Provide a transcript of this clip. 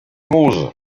mouse